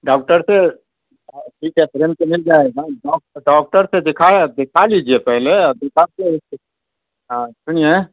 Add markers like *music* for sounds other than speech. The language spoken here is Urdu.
ڈاکٹر سے *unintelligible* تو مل جائے گا ڈوک ڈاکٹر سے دکھایا ہے دکھا لیجیے پہلے آ دکھا کے ہاں سنیے